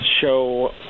show